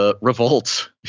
revolt